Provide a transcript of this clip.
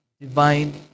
divine